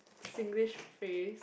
Singlish phrase